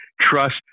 Trust